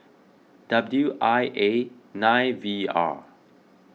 W I A nine V R